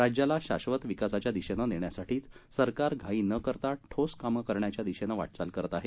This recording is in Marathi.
राज्याला शाधत विकासाच्या दिशेनं नेण्यासाठीच सरकार घाई न करता ठोस काम करण्याच्या दिशेनं वाटचाल करत आहेत